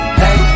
hey